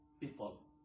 people